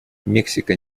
мексика